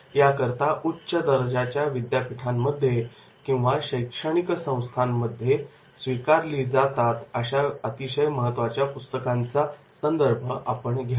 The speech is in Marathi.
याकरता उच्च दर्जाच्या विद्यापीठांमध्ये किंवा शैक्षणिक संस्थांमध्ये स्वीकारली जातात अशा अतिशय महत्त्वाच्या पुस्तकांचा संदर्भ आपण घ्यावा